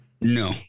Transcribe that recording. No